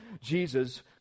Jesus